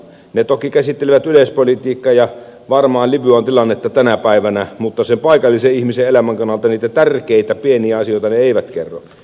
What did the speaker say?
ne toki käsittelevät yleispolitiikkaa ja varmaan libyan tilannetta tänä päivänä mutta sen paikallisen ihmisen elämän kannalta niitä tärkeitä pieniä asioita ne eivät kerro